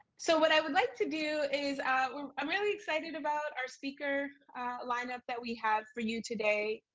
so what i would like to do is i'm really excited about our speaker lineup that we have for you today.